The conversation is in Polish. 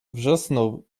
wrzasnął